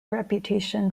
reputation